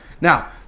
now